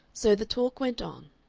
so the talk went on.